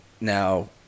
Now